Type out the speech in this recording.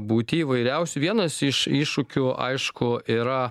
būti įvairiausių vienas iš iššūkių aišku yra